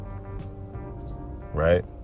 Right